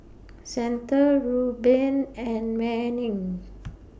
Santa Reuben and Manning